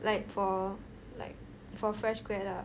like for like for fresh grad lah